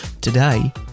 Today